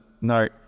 no